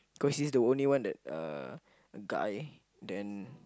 cause he's the only one that uh guy then